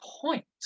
point